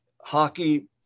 hockey